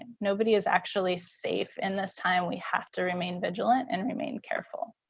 and nobody is actually safe in this time, we have to remain vigilant and remain careful.